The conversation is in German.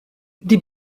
die